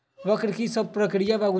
वक्र कि शव प्रकिया वा?